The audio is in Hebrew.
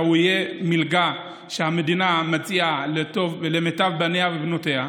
יהיה מלגה שהמדינה מציעה למיטב בניה ובנותיה.